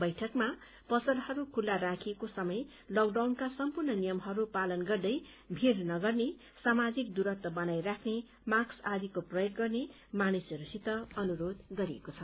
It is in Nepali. बैइकमा पसलहरू खुल्ला राखिएको समय लकडाउनका सम्पूर्ण नियमहरू पालन गर्दै भीड नगर्ने सामाजिक दूरव्त बनाई राख्ने मास्क आदिको प्रयोग गर्ने मानिसहरूसित अनुरोध गरिएको छ